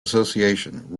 association